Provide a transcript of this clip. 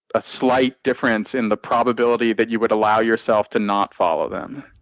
a slight difference in the probability that you would allow yourself to not follow them.